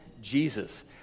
Jesus